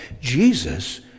Jesus